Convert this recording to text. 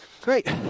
Great